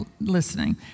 listening